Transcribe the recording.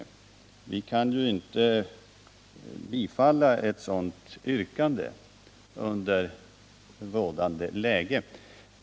Utskottet kan inte tillstyrka ett sådant yrkande under rådande förhållanden.